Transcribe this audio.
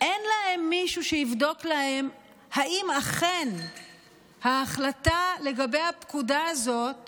אין להם מישהו שיבדוק להם אם אכן ההחלטה לגבי הפקודה הזאת